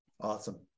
Awesome